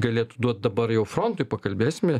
galėtų duot dabar jau frontui pakalbėsime